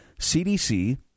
CDC